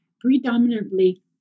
predominantly